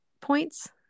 points